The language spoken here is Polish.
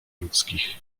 ludzkich